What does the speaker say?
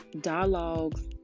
Dialogues